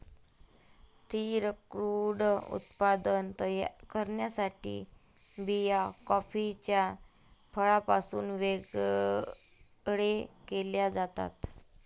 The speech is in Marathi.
स्थिर क्रूड उत्पादन तयार करण्यासाठी बिया कॉफीच्या फळापासून वेगळे केल्या जातात